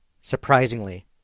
surprisingly